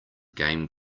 game